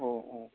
औ औ